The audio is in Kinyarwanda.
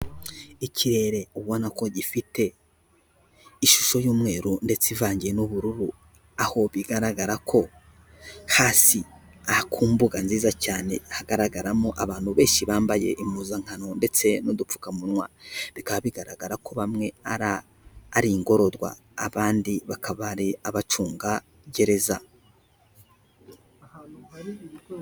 Ikirere ubona ko gifite ishusho y'umweru, ndetse ivangiye n'ubururu, aho bigaragara ko hasi aha ku mbuga nziza cyane hagaragaramo abantu benshi bambaye impuzankano ndetse n'udupfukamunwa, bikaba bigaragara ko bamwe ari ingororwa abandi bakaba ari abacungagereza.